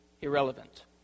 irrelevant